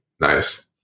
Nice